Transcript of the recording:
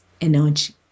energy